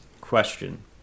question